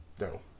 No